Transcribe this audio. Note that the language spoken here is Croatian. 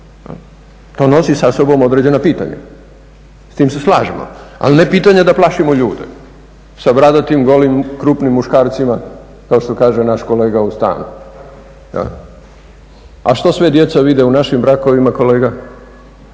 To nosi sa sobom određena pitanja, s tim s slažemo, ali ne pitanja da plašimo ljude sa bradatim, golim, krupnim muškarcima, kao što kaže naš kolega …. A što sve djeca vide u našim brakovima kolega?